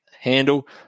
handle